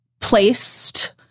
placed